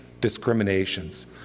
discriminations